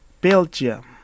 Belgium